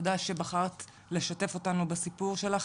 תודה שבחרת לשתף אותנו בסיפור שלך.